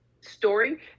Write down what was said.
story